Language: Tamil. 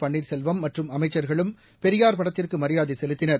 பன்னீர்செல்வம் மற்றும் அமைச்சர்களும் பெரியார் படத்திற்கு மரியாதை செலுத்தினர்